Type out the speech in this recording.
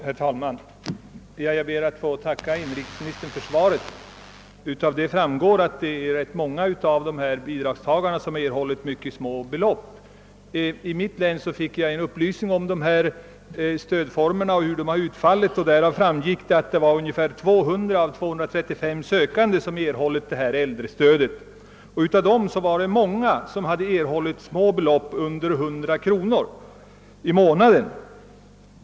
Herr talman! Jag ber att få tacka inrikesministern för svaret. Det framgår av svaret att rätt många av bidragstagarna erhållit endast små belopp. Av en redovisning som jag fått för hur dessa stödformer utfallit i mitt hemlän framgår att ungefär 200 av 235 sökande fått detta äldrestöd, och många av dem har fått små belopp — under 100 kronor i månaden.